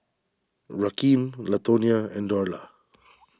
Rakeem Latonia and Dorla